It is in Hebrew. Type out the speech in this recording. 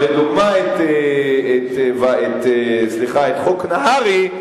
אבל לדוגמה על חוק נהרי,